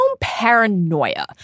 paranoia